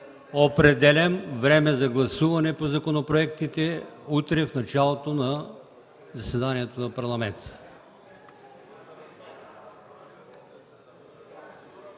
определям време за гласуване по законопроектите – утре, в началото на заседанието на Парламента.